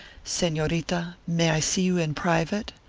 senorita, may i see you in private?